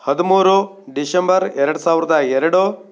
ಹದಿಮೂರು ಡಿಶಂಬರ್ ಎರಡು ಸಾವಿರದ ಎರಡು